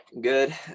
Good